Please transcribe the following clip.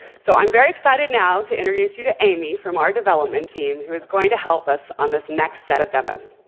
so i'm very excited now to introduce you to amy from our development team who is going to help us on this next set of demos.